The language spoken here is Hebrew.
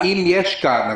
האם יש כאן אפשרות,